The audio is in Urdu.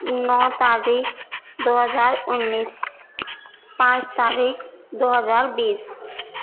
نو تاریخ دو ہزار انیس پانچ تاریخ دو ہزار بیس